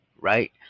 right